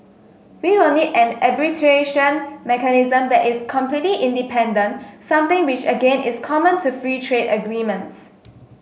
we will need an arbitration mechanism that is completely independent something which again is common to free trade agreements